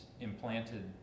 implanted